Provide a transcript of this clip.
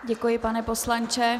Děkuji, pane poslanče.